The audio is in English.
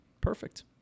Perfect